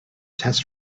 test